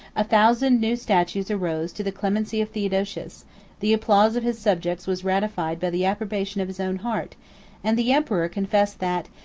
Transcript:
a thousand new statues arose to the clemency of theodosius the applause of his subjects was ratified by the approbation of his own heart and the emperor confessed, that,